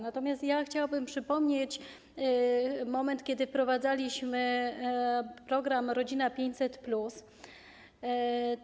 Natomiast chciałabym przypomnieć moment, w którym wprowadzaliśmy program „Rodzina 500+”